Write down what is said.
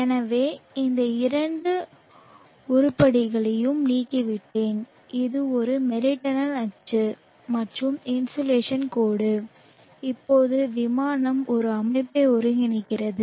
எனவே அந்த இரண்டு உருப்படிகளையும் நீக்கிவிட்டேன் இது ஒரு மெரிடனல் அச்சு மற்றும் இன்சோலேஷன் கோடு இப்போது விமானம் ஒரு அமைப்பை ஒருங்கிணைக்கிறது